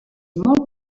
molt